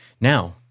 Now